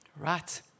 Right